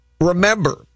remember